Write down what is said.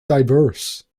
diverse